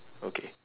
okay